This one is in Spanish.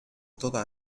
toda